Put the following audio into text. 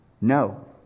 No